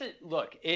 look